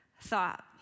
thought